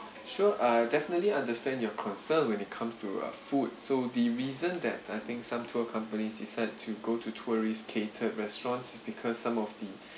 sure uh definitely understand your concern when it comes to uh food so the reason that I think some tour companies decide to go to tourist catered restaurants because some of the